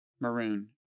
maroon